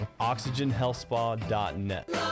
OxygenHealthSpa.net